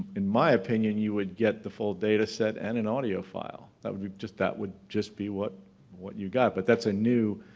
in my opinion you would get the full data set and an audio file. that would be just that would just be what what you got. but that's a new